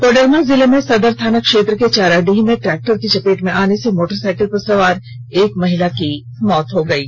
कोडरमा जिले में सदर थाना क्षेत्र के चाराडीह में ट्रैक्टर की चपेट में आने से मोटरसाइकिल पर सवार एक महिला की मौत हो गई है